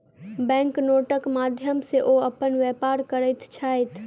bank नोटक माध्यम सॅ ओ अपन व्यापार करैत छैथ